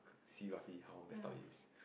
see roughly how mess up it is